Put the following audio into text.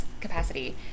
capacity